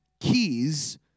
keys